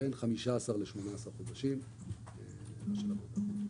בין 15 עד 18 חודשים של עבודה.